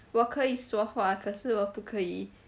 我可以说话可是我不可以